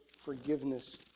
forgiveness